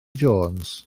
jones